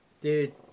Dude